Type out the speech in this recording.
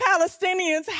Palestinians